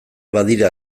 badira